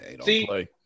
See